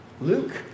Luke